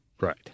Right